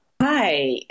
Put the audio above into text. Hi